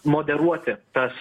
moderuoti tas